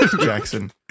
Jackson